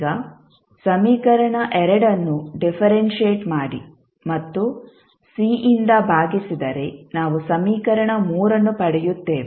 ಈಗ ಸಮೀಕರಣ ಅನ್ನು ಡಿಫರೆಂಶಿಯೆಟ್ ಮಾಡಿ ಮತ್ತು C ಯಿಂದ ಭಾಗಿಸಿದರೆ ನಾವು ಸಮೀಕರಣ ಅನ್ನು ಪಡೆಯುತ್ತೇವೆ